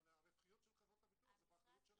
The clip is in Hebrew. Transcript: אבל הרווחיות של חברות הביטוח, זה באחריות שלכם.